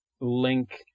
Link